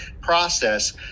process